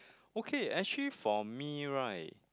okay actually for me right